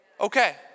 Okay